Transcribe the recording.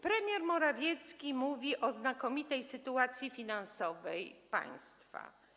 Premier Morawiecki mówi o znakomitej sytuacji finansowej państwa.